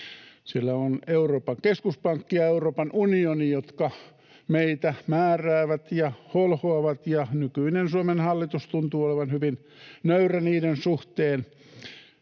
Siellä on Euroopan keskuspankki ja Euroopan unioni, jotka meitä määräävät ja holhoavat, ja nykyinen Suomen hallitus tuntuu olevan hyvin nöyrä niiden suhteen.